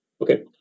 Okay